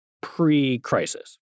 pre-crisis